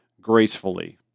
gracefully